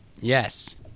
yes